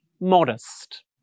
modest